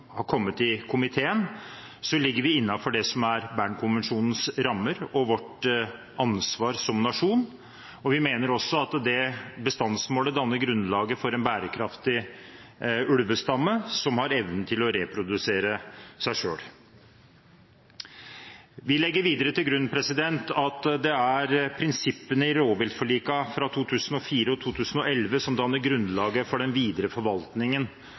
har kommet til – ligger innenfor det som er Bern-konvensjonens rammer og vårt ansvar som nasjon. Vi mener også at dette bestandsmålet danner grunnlaget for en bærekraftig ulvestamme, som har evnen til å reprodusere seg selv. Vi legger videre til grunn at det er prinsippene i rovviltforlikene fra 2004 og 2011 som danner grunnlaget for den videre forvaltningen